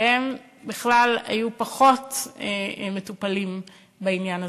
שהם בכלל היו פחות מטופלים בעניין הזה.